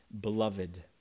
beloved